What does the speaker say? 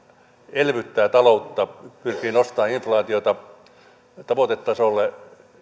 elvyttää taloutta pyrkii nostamaan inflaatiota tavoitetasolle